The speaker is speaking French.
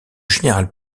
général